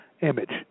image